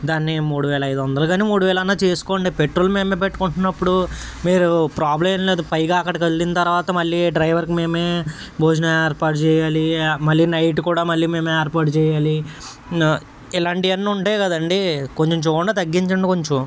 దాన్ని మూడువేల ఐదు వందలు కాని మూడువేలన్నా చేసుకోండి పెట్రోల్ మేమే పెట్టుకుంటున్నపుడు మీరు ప్రాబ్లమ్ ఏం లేదు పైగా అక్కడికెళ్ళిన తర్వాత డ్రైవర్కి మేమే భోజనం ఏర్పాటు చెయ్యాలి మళ్ళీ నైట్ కూడా మళ్ళీ మేమే ఏర్పాటు చెయ్యాలి నా ఇలాంటివన్నీ ఉంటాయి కదండీ కొంచెం చూడండి తగ్గించండి కొంచెం